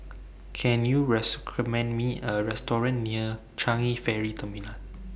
Can YOU rest commend Me A Restaurant near Changi Ferry Terminal